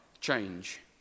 change